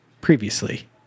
previously